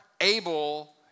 able